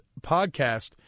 podcast